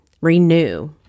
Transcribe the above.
renew